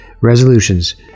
resolutions